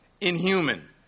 inhuman